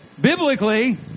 biblically